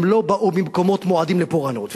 הם לא באו ממקומות מועדים לפורענות.